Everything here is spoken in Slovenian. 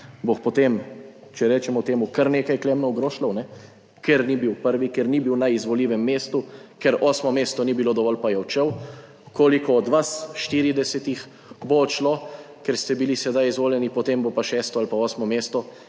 bo potem, če rečemo temu, kar nekaj Klemnov Grošljev, ne - ker ni bil prvi, ker ni bil na izvoljivem mestu, ker osmo mesto ni bilo dovolj pa je odšel. Koliko od vas 40 bo odšlo, ker ste bili sedaj izvoljeni, potem bo pa šesto ali pa osmo mesto,